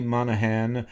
Monahan